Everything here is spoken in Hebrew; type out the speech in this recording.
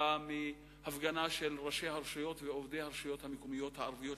מההפגנה של ראשי הרשויות ועובדי הרשויות המקומיות הערביות,